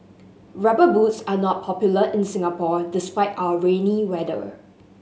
Rubber Boots are not popular in Singapore despite our rainy weather